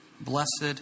blessed